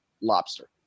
lobster